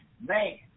man